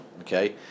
Okay